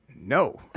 No